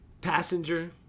passenger